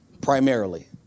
primarily